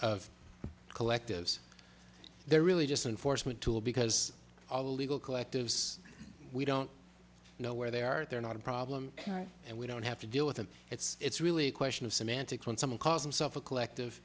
of collectives they're really just in force with tool because all legal collectives we don't know where they are they're not a problem and we don't have to deal with it it's really a question of semantics when someone calls himself a collective